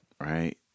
right